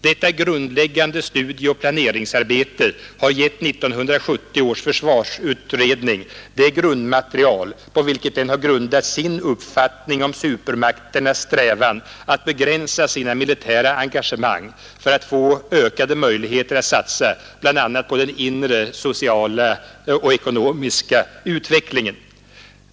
Detta grundläggande studieoch planeringsarbete har gett 1970 års försvarsutredning det grundmaterial på vilket den har grundat sin uppfattning om supermakternas strävan att begränsa sina militära engagemang för att få ökade möjligheter att satsa bl.a. på den inre sociala och ekonomiska utvecklingen.